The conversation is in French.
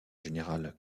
général